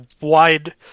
wide –